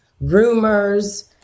rumors